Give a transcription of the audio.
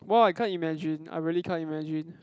wow I can't imagine I really can't imagine